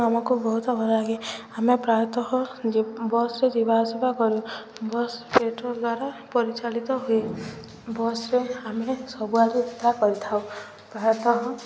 ଆମକୁ ବହୁତ ଭଲ ଲାଗେ ଆମେ ପ୍ରାୟତଃ ବସ୍ରେ ଯିବା ଆସିବା କରୁ ବସ୍ ପେଟ୍ରୋଲ ଦ୍ୱାରା ପରିଚାଳିତ ହୁଏ ବସ୍ରେ ଆମେ ସବୁଆଡ଼େ ଯିବା ଆସିବା କରିଥାଉ ପ୍ରାୟତଃ